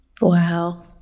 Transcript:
Wow